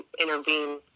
intervene